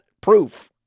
proof